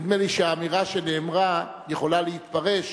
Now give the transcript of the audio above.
נדמה לי שהאמירה שנאמרה יכולה להתפרש